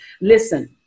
Listen